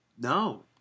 no